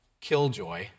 killjoy